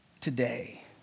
today